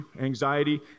anxiety